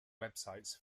websites